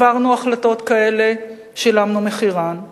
עברנו החלטות כאלה, שילמנו את מחירן.